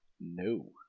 No